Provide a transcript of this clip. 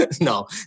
No